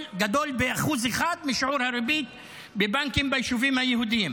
ב-1% משיעור הריבית בבנקים ביישובים היהודיים?